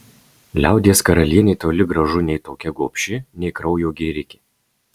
liaudies karalienė toli gražu nei tokia gobši nei kraujo gėrike